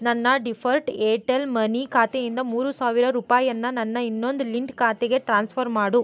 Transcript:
ನನ್ನ default Airtel money ಖಾತೆಯಿಂದ ಮೂರು ಸಾವಿರ ರೂಪಾಯನ್ನ ನನ್ನ ಇನ್ನೊಂದು ಲಿಂಕ್ಡ್ ಖಾತೆಗೆ ಟ್ರಾನ್ಸ್ಫರ್ ಮಾಡು